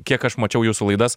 kiek aš mačiau jūsų laidas